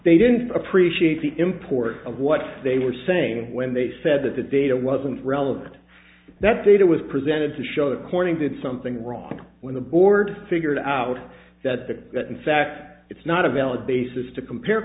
they didn't appreciate the import of what they were saying when they said that the data wasn't relevant that data was presented to show the coining did something wrong when the board figured out that the that in fact it's not a valid basis to compare